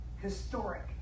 historic